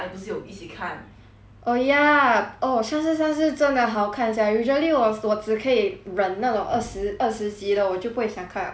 oh ya oh 三生三世真的好看 sia usually 我我只可以忍那种二十二十集的我就不会想看 liao but 三生三世这种 like